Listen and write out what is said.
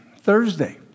Thursday